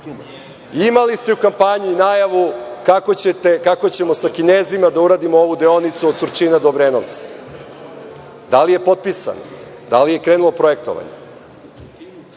Imali ste u kampanji najavu kako ćemo sa Kinezima da uradimo ovu deonicu od Surčina do Obrenovca. Da li je potpisan, da li je krenulo projektovanje?